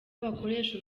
bakoresha